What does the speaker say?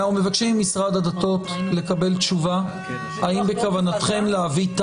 אנחנו מבקשים ממשרד הדתות לקבל תשובה האם בכוונתכם להביא את